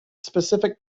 specific